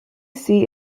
seat